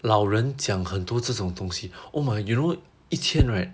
老人讲很多这种东西 oh my you know 一千 right